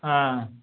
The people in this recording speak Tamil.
ஆ